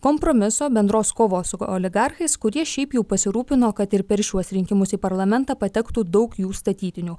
kompromiso bendros kovos su oligarchais kurie šiaip jau pasirūpino kad ir per šiuos rinkimus į parlamentą patektų daug jų statytinių